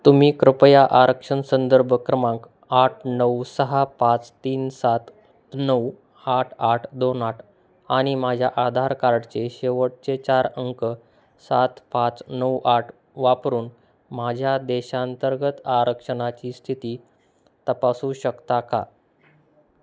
तुम्ही कृपया आरक्षण संदर्भ क्रमांक आठ नऊ सहा पाच तीन सात नऊ आठ आठ दोन आठ आणि माझ्या आधार कार्डचे शेवटचे चार अंक सात पाच नऊ आठ वापरून माझ्या देशांतर्गत आरक्षणाची स्थिती तपासू शकता का